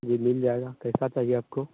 जी मिल जाएगा कैसा चाहिए आपको